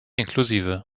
inklusive